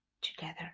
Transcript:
together